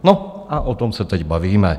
No a o tom se teď bavíme.